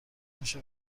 میشه